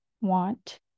want